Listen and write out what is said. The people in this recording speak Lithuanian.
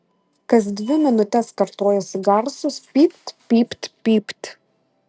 kas dvi minutes kartojosi garsūs pypt pypt pypt